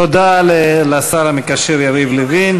תודה לשר המקשר יריב לוין.